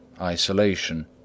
isolation